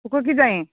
तुका किदें जायें